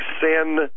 sin